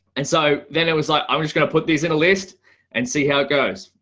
and so then it was like, i'm just gonna put these in a list and see how it goes.